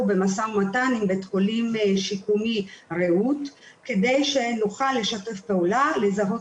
במשא ומתן עם בית חולים שיקומי רעות כדי שנוכל לשתף פעולה לזהות